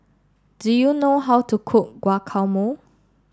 do you know how to cook Guacamole